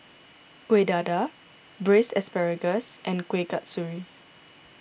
Kueh Dadar Braised Asparagus and Kueh Kasturi